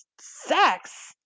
sex